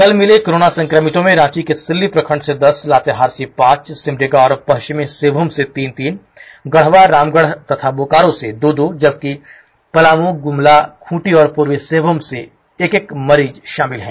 कल मिले कोरोना संक्रमितों में रांची के सिल्ली प्रखण्ड से दस लातेहार से पांच सिमडेगा और पष्चिमी सिंहभूम से तीन तीन गढ़वा रामगढ तथा बोकारो से दो दो जबकि पलामू गुमला खूंटी और पूर्वी सिंहभूम के एक एक मरीज षामिल हैं